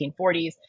1940s